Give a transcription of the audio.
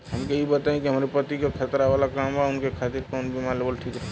हमके ई बताईं कि हमरे पति क खतरा वाला काम बा ऊनके खातिर कवन बीमा लेवल ठीक रही?